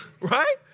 Right